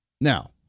Now